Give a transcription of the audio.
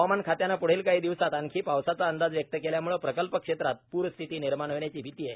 हवामान खात्याने प्ढील काही दिवसात आणखी पावसाचा अंदाज व्यक्त केल्याम्ळे प्रकल्पक्षेत्रात पूरस्थिती निर्माण होण्याची भीती आहे